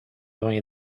vingt